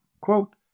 Quote